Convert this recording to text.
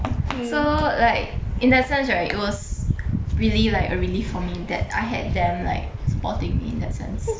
so like in that sense right it was really like a relief for me that I had them like supporting me in that sense